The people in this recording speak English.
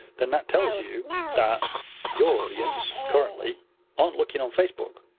then that tells you that your audience currently aren't looking on facebook,